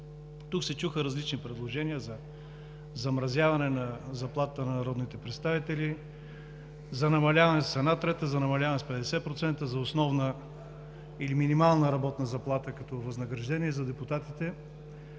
Тук се чуха различни предложения: за замразяване на заплатата на народните представители; за намаляване с една трета; за намаляване с 50%; за основна или минимална работна заплата като възнаграждение за депутатите.